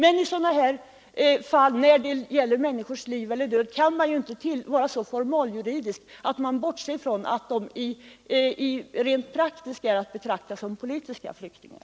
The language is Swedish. I sådana här fall, när det gäller människors liv eller död, kan man inte vara så formaljuridisk att man bortser från att de rent praktiskt är att betrakta som politiska flyktingar.